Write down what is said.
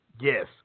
Yes